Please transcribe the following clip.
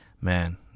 man